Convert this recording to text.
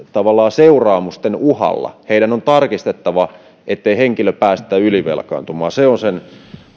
seuraamusten uhalla heidän on tarkistettava ettei henkilöä päästetä ylivelkaantumaan se on sen